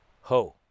Ho